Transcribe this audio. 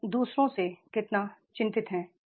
आप दू सरों से कितना चिं तित हैं